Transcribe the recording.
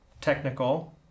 technical